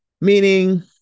meaning